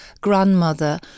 grandmother